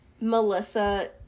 Melissa